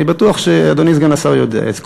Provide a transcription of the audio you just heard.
אני בטוח שאדוני סגן השר יודע את זה.